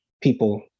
people